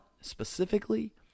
specifically